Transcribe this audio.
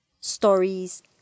stories